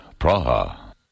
Praha